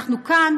אנחנו כאן,